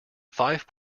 five